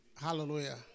Hallelujah